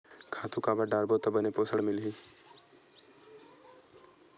खातु काबर डारबो त बने पोषण मिलही?